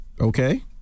okay